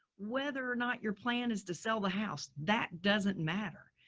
whether or not your plan is to sell the house, that doesn't matter.